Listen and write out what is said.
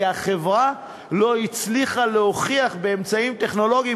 כי החברה לא הצליחה להוכיח באמצעים טכנולוגיים